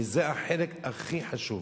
וזה החלק הכי חשוב.